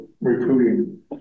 recruiting